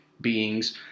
beings